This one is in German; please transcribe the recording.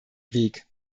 weg